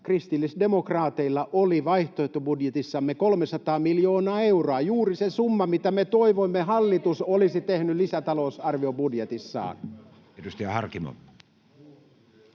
kristillisdemokraateilla oli vaihtoehtobudjetissamme 300 miljoonaa euroa — juuri se summa, mitä me toivoimme, että hallitus olisi tehnyt lisätalousarviobudjetissaan. [Speech 45]